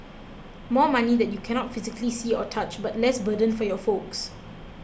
more money that you cannot physically see or touch but less burden for your folks